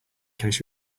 case